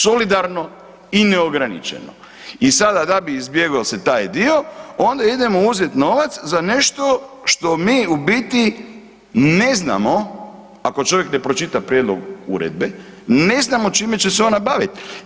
Solidarno i neograničeno i sada da bi izbjegao se taj dio onda idemo uzeti novac za nešto što mi u biti ne znamo, ako čovjek ne pročita prijedlog uredbe, ne znamo čime će se ona baviti.